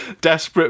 desperate